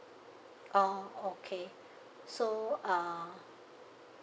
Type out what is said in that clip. oh okay so uh